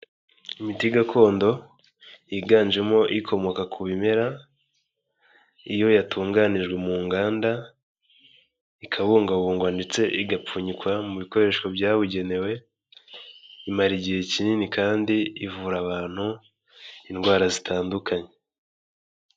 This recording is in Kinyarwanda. Imiti gakondo yiganjemo ikomoka ku bimera, iyo yatunganijwe mu nganda, ikabungabungwa ndetse igapfunyikwa mu bikoresho byabugenewe, imara igihe kinini kandi ivura abantu indwara zitandukanye.